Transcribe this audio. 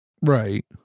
Right